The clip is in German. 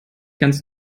ganz